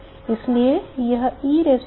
इसलिए यह e0 है